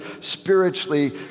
spiritually